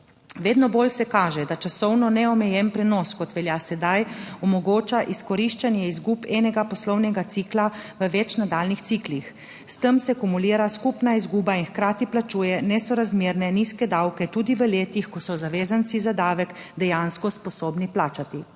Vedno bolj se kaže, da časovno neomejen prenos, kot velja sedaj, omogoča izkoriščanje izgub enega poslovnega cikla v več nadaljnjih ciklih. S tem se akumulira skupna izguba in hkrati plačuje nesorazmerne nizke davke tudi v letih, ko so zavezanci za davek dejansko sposobni plačati.